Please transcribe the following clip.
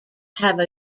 have